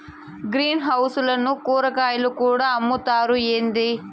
green house ల కూరాకులు కూడా అమ్ముతారా ఏంది